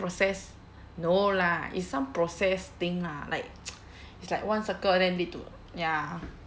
process no lah it's some process thing lah like it's like one circle then need to ya